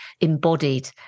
embodied